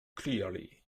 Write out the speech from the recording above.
clearly